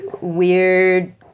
weird